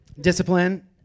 Discipline